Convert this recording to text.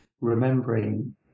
remembering